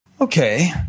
Okay